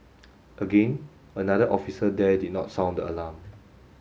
again another officer there did not sound the alarm